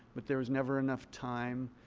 but there was never enough time.